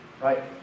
right